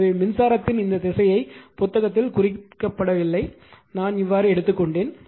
எனவே மின்சாரத்தின் இந்த திசையை புத்தகத்தில் குறிக்கப்படவில்லை நான் இவ்வாறு எடுத்து கொண்டேன்